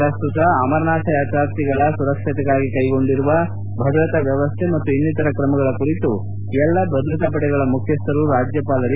ಪ್ರಸ್ತುತದ ಅಮರ್ನಾಥ್ ಯಾತ್ರಾರ್ಥಿಗಳ ಸುರಕ್ಷತೆಗಾಗಿ ಕೈಗೊಂಡಿರುವ ಭದ್ರತಾ ವ್ಯವಸ್ಠೆ ಮತ್ತು ಇನ್ನಿತರ ಕ್ರಮಗಳ ಕುರಿತು ಎಲ್ಲಾ ಭದ್ರತಾಪಡೆಗಳ ಮುಖ್ಯಸ್ಥರು ರಾಜ್ಯಪಾಲ ಎನ್